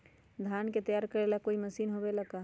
धान के तैयार करेला कोई मशीन होबेला का?